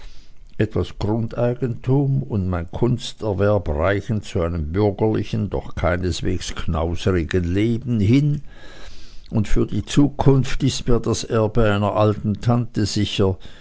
etwas grundeigentum und mein kunsterwerb reichen zu einem bürgerlichen doch keineswegs knauserigen leben hin und für die zukunft ist mir das erbe einer alten tante sicher